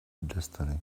destiny